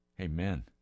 Amen